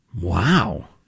Wow